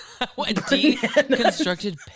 deconstructed